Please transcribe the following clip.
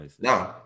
No